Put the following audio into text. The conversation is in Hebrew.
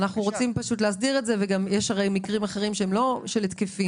צריך לומר שכלבי סיוע וכאן יש עניין עם ההגדרות שהן לא תמיד תואמות